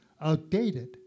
outdated